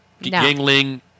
Yingling